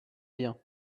bien